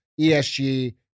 ESG